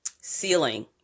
ceiling